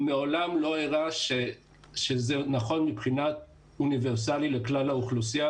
הוא מעולם לא הראה שזה נכון מבחינה אוניברסלית לכלל האוכלוסייה